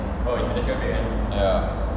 ya